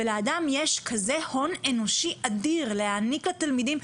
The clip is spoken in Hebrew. ולאדם יש כזה הון אנושי אדיר להעניק לתלמידים,